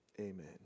Amen